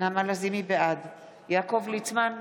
בעד יעקב ליצמן,